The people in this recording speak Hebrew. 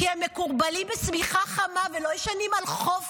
כי הם מכורבלים בשמיכה חמה ולא ישנים על חוף,